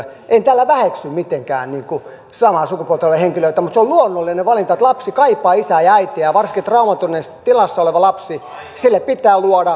en tällä väheksy mitenkään samaa sukupuolta olevia henkilöitä mutta se on luonnollinen valinta että lapsi kaipaa isää ja äitiä ja varsinkin traumaattisessa tilassa olevalle lapselle pitää luoda mahdollisimman luonnollinen kasvuympäristö